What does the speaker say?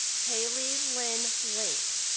haley lynn link.